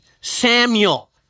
Samuel